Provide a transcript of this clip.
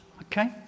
Okay